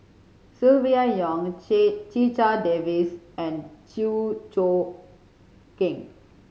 Silvia Yong Checha Davies and Chew Choo Keng